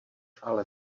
ale